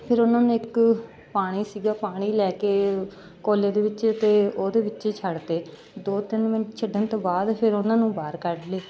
ਫਿਰ ਉਹਨਾਂ ਨੇ ਇੱਕ ਪਾਣੀ ਸੀਗਾ ਪਾਣੀ ਲੈ ਕੇ ਕੋਲੇ ਦੇ ਵਿੱਚ ਅਤੇ ਉਹਦੇ ਵਿੱਚ ਛੱਡ ਤੇ ਦੋ ਤਿੰਨ ਮਿੰਟ ਛੱਡਣ ਤੋਂ ਬਾਅਦ ਫਿਰ ਉਹਨਾਂ ਨੂੰ ਬਾਹਰ ਕੱਢ ਲਏ